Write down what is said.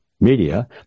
media